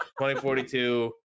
2042